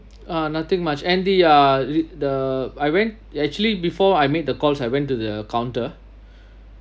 uh nothing much and the uh the I went actually before I made the calls I went to the counter